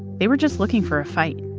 they were just looking for a fight